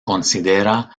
considera